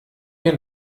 wir